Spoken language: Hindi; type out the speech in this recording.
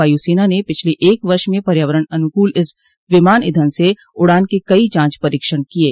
वायु सेना ने पिछले एक वर्ष में पर्यावरण अनुकूल इस विमान ईंधन से उड़ान के कई जांच परीक्षण किये